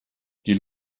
die